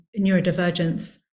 neurodivergence